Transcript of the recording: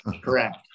Correct